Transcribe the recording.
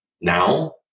now